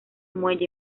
muelle